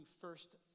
first